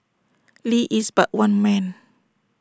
lee is but one man